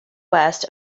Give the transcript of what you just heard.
west